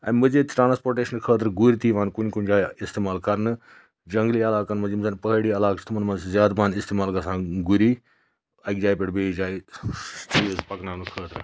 اَمہِ مٔزیٖد ٹرٛانَسپوٹیشنہٕ خٲطرٕ گُرۍ تہِ یِوان کُنہِ کُنہِ جایہِ استعمال کرنہٕ جنٛگلی علاقَن منٛز یِم زَن پہٲڑی علاقہٕ چھِ تِمَن مںٛز چھِ زیادٕ پَہَن استعمال گژھان گُری اَکہِ جایہِ پٮ۪ٹھ بیٚیہِ جایہِ چیٖز پَکناونہٕ خٲطرٕ